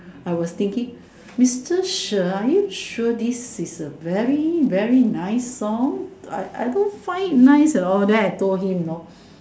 I was thinking Mister sure are you sure this is a very very nice song I I don't find it nice at all then I told him you know